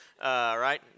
right